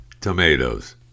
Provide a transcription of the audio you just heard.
tomatoes